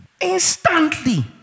instantly